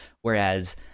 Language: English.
Whereas